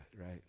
right